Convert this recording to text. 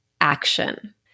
action